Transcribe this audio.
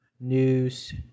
news